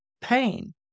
pain